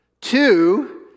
Two